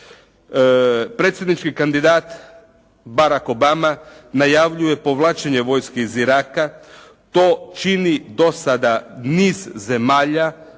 Predsjednički kandidat Barack Obama najavljuje povlačenje vojske iz Iraka. To čini do sada niz zemalja